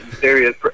serious